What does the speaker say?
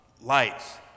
lights